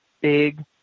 big